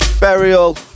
burial